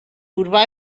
urbà